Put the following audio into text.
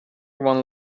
one